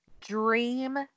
dream